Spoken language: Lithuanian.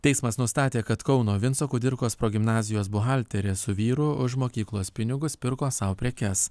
teismas nustatė kad kauno vinco kudirkos progimnazijos buhalterė su vyru už mokyklos pinigus pirko sau prekes